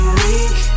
weak